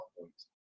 points